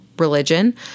religion